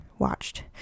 watched